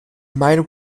meinung